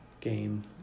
game